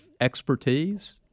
expertise